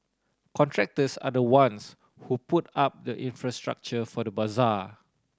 contractors are the ones who put up the infrastructure for the bazaar